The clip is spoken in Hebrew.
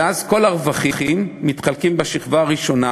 ואז כל הרווחים מתחלקים בשכבה הראשונה,